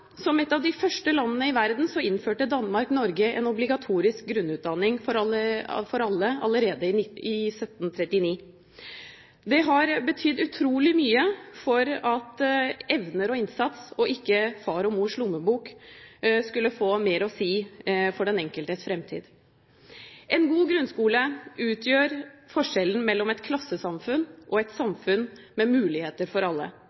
Som et av de første land i verden innførte Danmark-Norge en obligatorisk grunnutdanning for alle allerede i 1739. Det har betydd utrolig mye for at evner og innsats, og ikke far og mors lommebok, skulle få mer å si for den enkeltes fremtid. En god grunnskole utgjør forskjellen mellom et klassesamfunn og et samfunn med muligheter for alle.